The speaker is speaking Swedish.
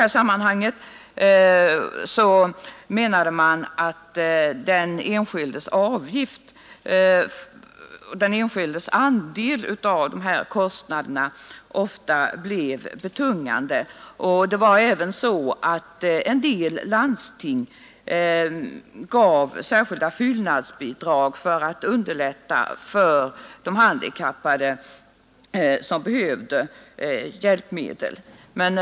I det sammanhanget menade man tidigare att den enskildes andel av dessa kostnader ofta blev betungande. En del landsting gav också särskilda fyllnadsbidrag för att underlätta för de handikappade som behövde hjälpmedel att skaffa sig sådana.